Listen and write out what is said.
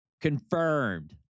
confirmed